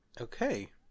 okay